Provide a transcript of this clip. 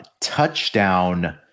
touchdown